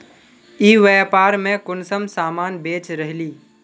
ई व्यापार में कुंसम सामान बेच रहली?